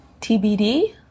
TBD